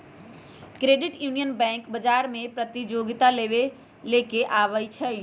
credit union bank बजार में प्रतिजोगिता लेके आबै छइ